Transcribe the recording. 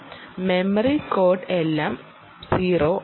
memory code എല്ലാം 0 ആണ്